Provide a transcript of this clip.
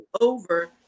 over